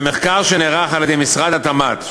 שלפי מחקר שנערך על-ידי משרד התמ"ת,